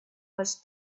was